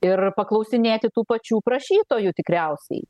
ir paklausinėti tų pačių prašytojų tikriausiai